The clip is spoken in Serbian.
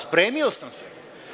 Spremio sam se.